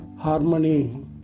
harmony